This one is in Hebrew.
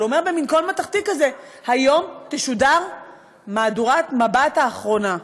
אבל הוא אומר במין קול מתכתי כזה: היום תשודר מהדורת מבט האחרונה.